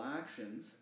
actions